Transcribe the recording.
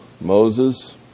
Moses